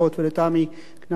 ולתמי כנפו,